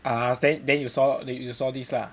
ah then then you saw you saw this lah